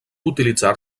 utilitzar